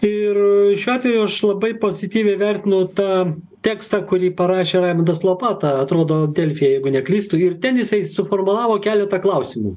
ir šiuo atveju aš labai pozityviai vertinu tą tekstą kurį parašė raimundas lopata atrodo delfi jeigu neklystu ir ten jisai suformulavo keletą klausimų